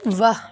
واہ